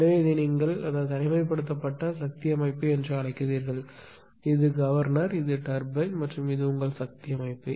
எனவே இதை நீங்கள் அந்த தனிமைப்படுத்தப்பட்ட சக்தி அமைப்பு என்று அழைக்கிறீர்கள் இது கவர்னர் இது டர்பைன் மற்றும் இது உங்கள் சக்தி அமைப்பு